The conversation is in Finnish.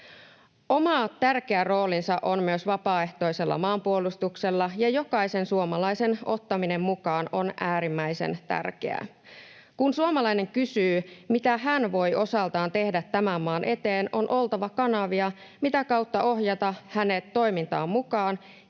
Oma tärkeä roolinsa on myös vapaaehtoisella maanpuolustuksella, ja jokaisen suomalaisen ottaminen mukaan on äärimmäisen tärkeää. Kun suomalainen kysyy, mitä hän voi osaltaan tehdä tämän maan eteen, on oltava kanavia, mitä kautta ohjata hänet toimintaan mukaan